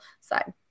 side